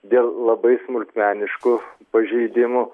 dėl labai smulkmeniškų pažeidimų